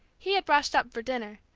he had brushed up for dinner,